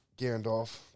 Gandalf